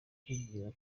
twibwira